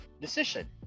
decision